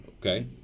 okay